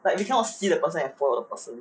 like you cannot see the person and follow the person